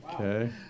Okay